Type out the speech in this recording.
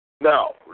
No